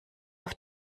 auf